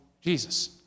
Jesus